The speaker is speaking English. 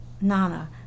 Nana